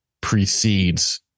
precedes